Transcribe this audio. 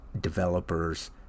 Developers